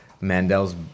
Mandel's